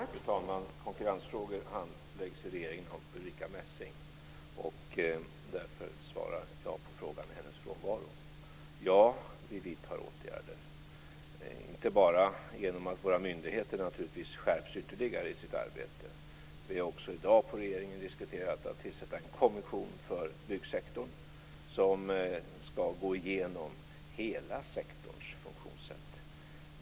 Fru talman! Konkurrensfrågor handläggs i regeringen av Ulrica Messing. I hennes frånvaro svarar jag på frågan. Ja, vi vidtar åtgärder, inte bara genom att våra myndigheter ytterligare skärper sitt arbete. Vi har också i dag inom regeringen diskuterat att tillsätta en kommission för byggsektorn som ska gå igenom hela sektorns funktionssätt.